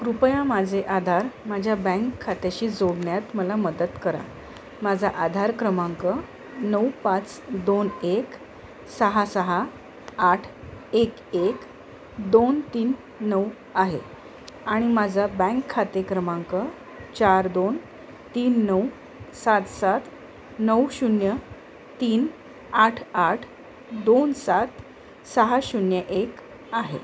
कृपया माझे आधार माझ्या बँक खात्याशी जोडण्यात मला मदत करा माझा आधार क्रमांक नऊ पाच दोन एक सहा सहा आठ एक एक दोन तीन नऊ आहे आणि माझा बँक खाते क्रमांक चार दोन तीन नऊ सात सात नऊ शून्य तीन आठ आठ दोन सात सहा शून्य एक आहे